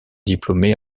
diplômé